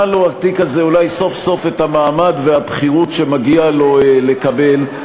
לו סוף-סוף את המעמד והבכירות שמגיע לו לקבל.